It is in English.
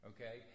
Okay